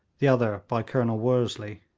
the other by colonel worsley.